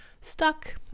stuck